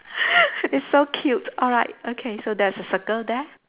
it's so cute alright okay so there's a circle there